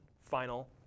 final